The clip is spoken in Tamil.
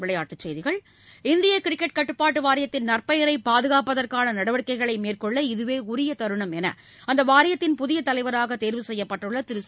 விளையாட்டுச் செய்திகள் இந்திய கிரிக்கெட் கட்டுப்பாட்டு வாரியத்தின் நற்பெயரை பாதுகாப்பதற்கான நடவடிக்கைகளை மேற்கொள்ள இதுவே உரிய தருணம் என அந்த வாரியத்தின் புதிய தலைவராக தேர்வு செய்யப்பட்டுள்ள திரூ